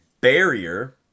Barrier